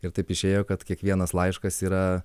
ir taip išėjo kad kiekvienas laiškas yra